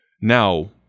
Now